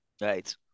Right